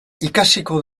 ikasiko